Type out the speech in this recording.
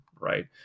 right